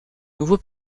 nouveau